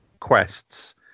quests